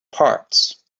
parts